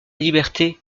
liberté